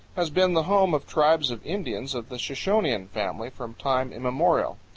has been the home of tribes of indians of the shoshonean family from time immemorial.